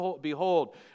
behold